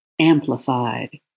amplified